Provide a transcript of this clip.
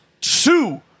two